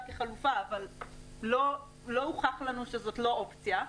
כחלופה אבל לא הוכח לנו שזאת לא אופציה,